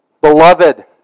Beloved